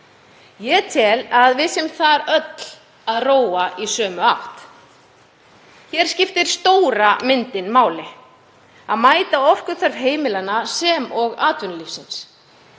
Ég tel að við séum öll að róa í sömu átt. Hér skiptir stóra myndin máli; að mæta orkuþörf heimilanna sem og atvinnulífsins.